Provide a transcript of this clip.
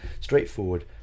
straightforward